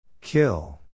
Kill